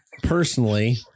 personally